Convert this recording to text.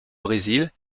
brésil